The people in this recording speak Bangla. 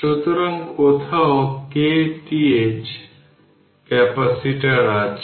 সুতরাং কোথাও kth ক্যাপাসিটর আছে